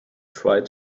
tried